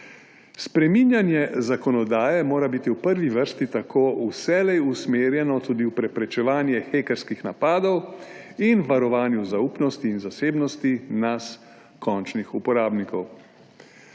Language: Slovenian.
Spreminjanje zakonodaje mora biti v prvi vrsti tako vselej usmerjeno tudi v preprečevanje hekerskih napadov in varovanje zaupnosti in zasebnosti nas končnih uporabnikov.